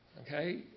Okay